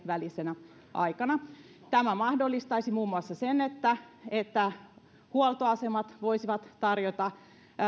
välisenä aikana tämä mahdollistaisi muun muassa sen että että huoltoasemat voisivat tarjota